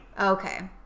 Okay